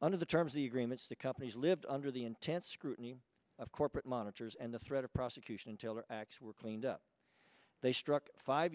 under the terms of the agreements that companies lived under the intense scrutiny of corporate monitors and the threat of prosecution until their acts were cleaned up they struck five